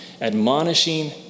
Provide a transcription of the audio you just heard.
admonishing